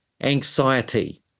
anxiety